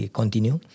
continue